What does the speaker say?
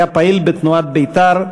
היה פעיל בתנועת בית"ר,